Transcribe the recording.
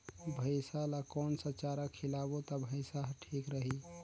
भैसा ला कोन सा चारा खिलाबो ता भैंसा हर ठीक रही?